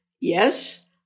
yes